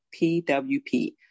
PWP